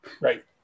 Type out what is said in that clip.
Right